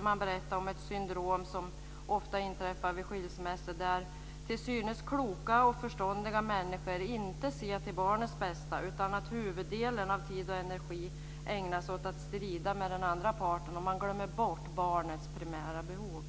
Där berättade man om ett syndrom som ofta inträffar vid skilsmässor där till synes kloka och förståndiga människor inte ser till barnens bästa utan huvuddelen av tid och energi ägnas åt att strida med den andra parten, och man glömmer bort barnets primära behov.